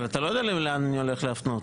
אבל אתה לא יודע לאן אני הולך להפנות.